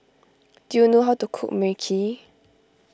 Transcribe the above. do you know how to cook Mui Kee